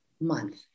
month